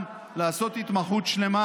לעשות התמחות שלמה.